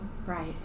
Right